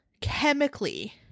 chemically